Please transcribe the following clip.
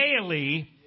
daily